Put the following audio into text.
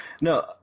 No